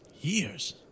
years